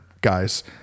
guys